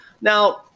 Now